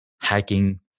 hacking